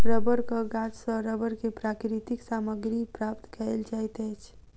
रबड़क गाछ सॅ रबड़ के प्राकृतिक सामग्री प्राप्त कयल जाइत अछि